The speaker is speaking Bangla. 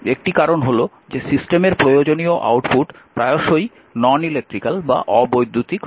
একটি কারণ হল যে সিস্টেমের প্রয়োজনীয় আউটপুট প্রায়শই অ বৈদ্যুতিক হয়